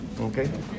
okay